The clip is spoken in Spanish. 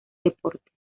deportes